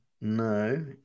No